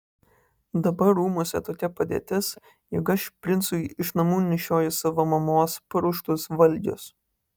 dabar rūmuose tokia padėtis jog aš princui iš namų nešioju savo mamos paruoštus valgius